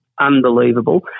unbelievable